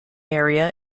area